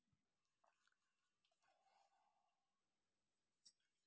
వివిధ ప్రభుత్వ పథకాల ఆవశ్యకత ఏమిటీ?